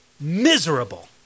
miserable